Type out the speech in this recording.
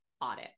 audit